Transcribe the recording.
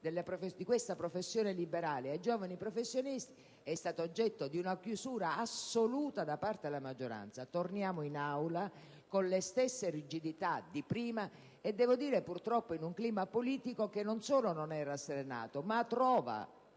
di questa professione liberale ai giovani professionisti, sono state oggetto di una chiusura assoluta da parte della maggioranza. Torniamo in Aula con le stesse rigidità di prima e, purtroppo, in un clima politico che non solo non è rasserenato ma trova